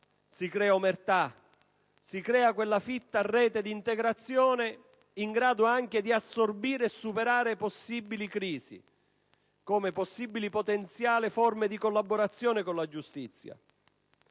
si crea omertà, si crea quella fitta rete di integrazione in grado anche di assorbire e superare possibili crisi, come possibili potenziali forme di collaborazione con la giustizia.